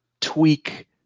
tweak